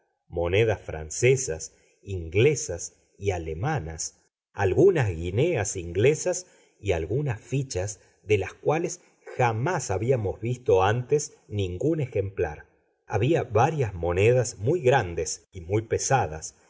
monedas francesas inglesas y alemanas algunas guineas inglesas y algunas fichas de las cuales jamás habíamos visto antes ningún ejemplar había varias monedas muy grandes y muy pesadas